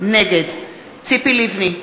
נגד ציפי לבני,